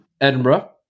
edinburgh